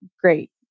great